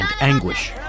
anguish